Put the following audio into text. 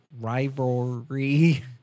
rivalry